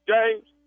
James